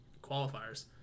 Qualifiers